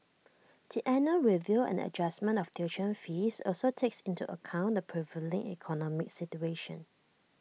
the annual review and adjustment of tuition fees also takes into account the prevailing economic situation